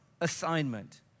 assignment